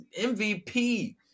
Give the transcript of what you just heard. MVP